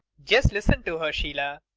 just listen to her, sheila.